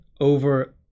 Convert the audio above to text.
over